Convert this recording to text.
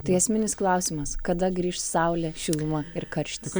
tai esminis klausimas kada grįš saulė šiluma ir karštis